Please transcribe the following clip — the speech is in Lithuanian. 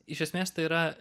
iš esmės tai yra